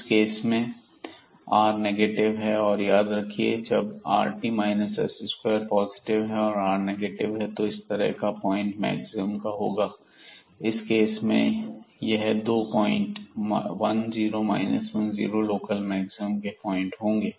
इस केस में और नेगेटिव है और याद रखिए कि जब rt s2 पॉजिटिव है और r नेगेटिव है तब इस तरह का पॉइंट मैक्सिमम का होगा इस केस में यह 2 पॉइंट 10 और 10 लोकल मैक्सिमम के पॉइंट होंगे